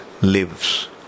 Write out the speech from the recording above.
lives